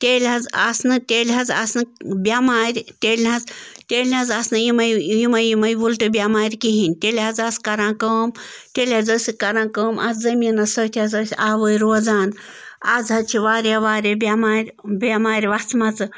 تیٚلہِ حظ آسہٕ نہٕ تیٚلہِ حظ آسہٕ نہٕ بٮ۪مارِ تیٚلہِ نہٕ حظ تیٚلہِ نہٕ حظ آسہٕ نہٕ یِمَے یِمَے یِمَے وٕلٹہٕ بٮ۪مارِ کِہیٖنۍ تیٚلہِ حظ آسہٕ کران کٲم تیٚلہِ حظ ٲسِکھ کران کٲم اَتھ زٔمیٖنَس سۭتۍ حظ ٲسۍ آوُرۍ روزان آز حظ چھِ واریاہ واریاہ بٮ۪مارِ بٮ۪مارِ وَژھمَژٕ